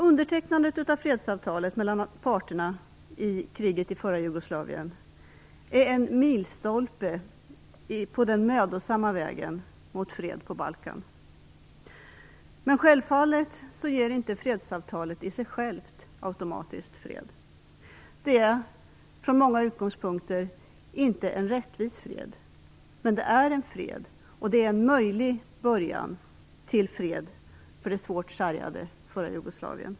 Undertecknandet av fredsavtalet mellan parterna i kriget i förra Jugoslavien är en milstolpe på den mödosamma vägen mot fred på Balkan. Självfallet ger inte fredsavtalet i sig automatiskt fred. Från många utgångspunkter är det inte en rättvis fred, men det är en fred. Det är en möjlig början till fred för det svårt sargade f.d. Jugoslavien.